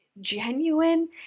genuine